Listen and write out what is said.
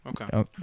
Okay